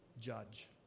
judge